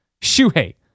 Shuhei